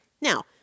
Now